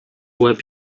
łeb